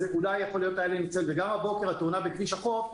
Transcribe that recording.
אולי היו יכולים להינצל וגם הבוקר התאונה בכביש החוף,